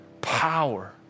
power